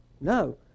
no